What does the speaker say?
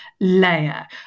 layer